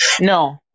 No